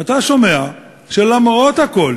ואתה שומע שלמרות הכול